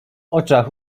oczach